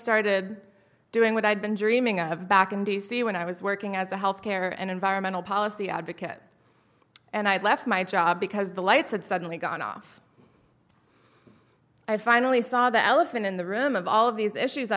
started doing what i'd been dreaming of back in d c when i was working as a health care and environmental policy advocate and i had left my job because the lights had suddenly gone off i finally saw the elephant in the room of all of these issues